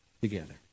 together